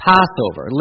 Passover